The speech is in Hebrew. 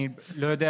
אני לא יודע,